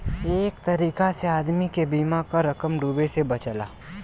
एक तरीका से आदमी के बीमा क रकम डूबे से बचला